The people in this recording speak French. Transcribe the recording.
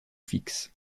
fixe